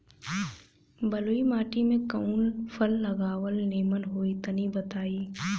बलुई माटी में कउन फल लगावल निमन होई तनि बताई?